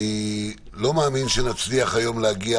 אני לא מאמין שנצליח היום להגיע